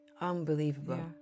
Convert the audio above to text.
unbelievable